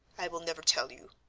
i will never tell you,